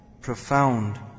Profound